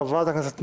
חברת הכנסת מארק.